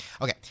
Okay